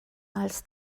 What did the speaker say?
als